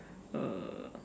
uh